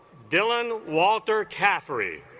dylan walter caffrey